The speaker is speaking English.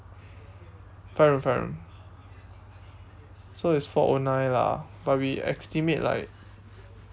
five room five room so it's four O nine lah but we estimate like